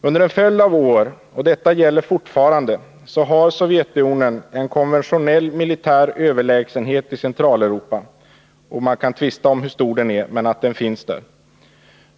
Under en följd av år, och detta gäller fortfarande, har Sovjetunionen haft en konventionell militär överlägsenhet i Centraleuropa. Man kan tvista om hur stor den är, men den finns.